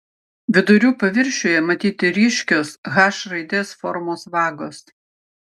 vidurių paviršiuje matyti ryškios h raidės formos vagos